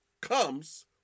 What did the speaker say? comes